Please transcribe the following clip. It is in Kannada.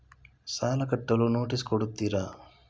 ಸಾಲ ಕಟ್ಟಲು ನೋಟಿಸ್ ಕೊಡುತ್ತೀರ?